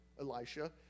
Elisha